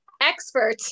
expert